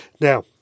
Now